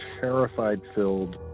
terrified-filled